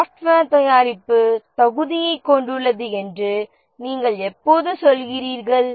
software தயாரிப்பு தகுதியைக் கொண்டுள்ளது என்று நீங்கள் எப்போது சொல்கிறீர்கள்